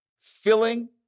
filling